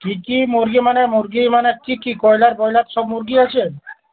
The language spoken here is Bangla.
কি কি মুরগি মানে মুরগি মানে কি কি কয়লার বয়লার সব মুরগি আছে